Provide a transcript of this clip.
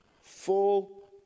Full